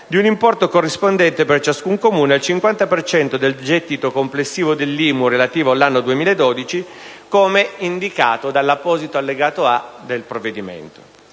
di un importo corrispondente, per ciascun Comune, al 50 per cento del gettito complessivo dell'IMU relativo all'anno 2012, come indicato nell'apposito allegato A del provvedimento.